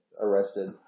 arrested